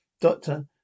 Doctor